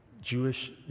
Jewish